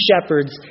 shepherds